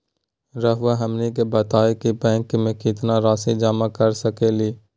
रहुआ हमनी के बताएं कि बैंक में कितना रासि जमा कर सके ली?